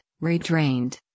re-drained